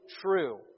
true